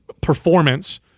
performance